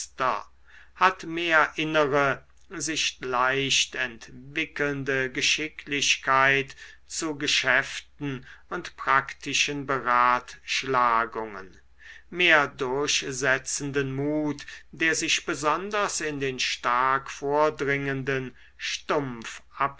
hat mehr innere sich leicht entwickelnde geschicklichkeit zu geschäften und praktischen beratschlagungen mehr durchsetzenden mut der sich besonders in den stark vordringenden stumpf